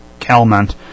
Calment